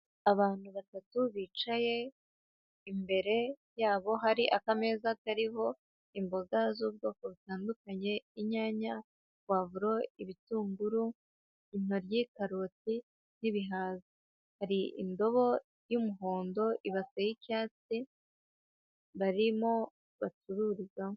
Abantu batatu bicaye. Imbere, yabo hari akameza kariho, imboga z'ubwoko butandukanye. Inyanya, puwavuro, ibitunguru, intoryi, karoti n'ibihaza. Hari, indobo y'umuhondo, ibase y'icyatsi. Barimo bacururizamo.